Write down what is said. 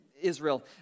Israel